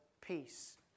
peace